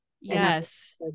Yes